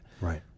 Right